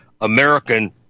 American